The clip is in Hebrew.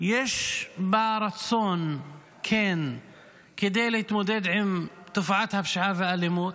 יש לה רצון כן להתמודד עם תופעת הפשיעה והאלימות,